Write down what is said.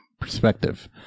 perspective